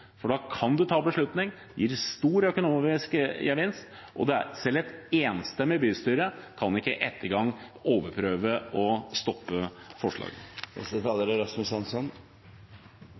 mislighold. Da kan en ta beslutning, det gir stor økonomisk gevinst, og selv et enstemmig bystyre kan ikke i etterkant overprøve og stoppe forslaget. Jeg synes representanten Trelleviks innlegg var et veldig godt eksempel på hvorfor det er